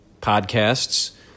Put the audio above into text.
podcasts